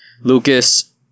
Lucas